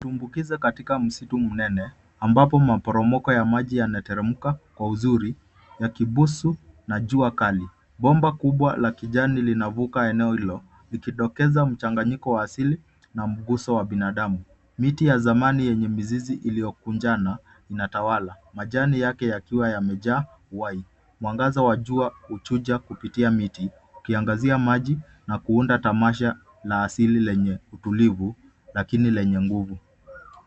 Tumbukize katika msitu nene ambapo maporomoko ya maji yanateremka kwa uzuri yakibusu na jua kali. Bomba kubwa la kijani linavuka eneo hilo likidokeza mchanganyiko wa asili na mguzo wa binadamu. Mti ya zamani yenye mizizi iliyokunjana inatawala majani yake yakiwa yamejaa uhai. Mwangaza wa jua huchuja kupitia miti ukiangazia maji na kuunda tamasha la asili lenye utulivu lakini lenye nguvu.